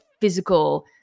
physical